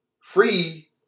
free